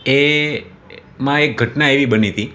એ માં એક ઘટના એવી બની હતી